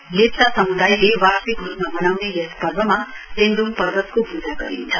लेप्चा सम्दायले वार्षिक रूपमा मनाउने यस पर्वमा तेन् ोङ पर्वतको पूजा गरिन्छ